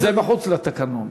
זה מחוץ לתקנון.